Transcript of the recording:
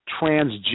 transgender